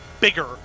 bigger